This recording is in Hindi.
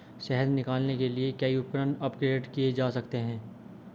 शहद निकालने के लिए कई उपकरण अपग्रेड किए जा सकते हैं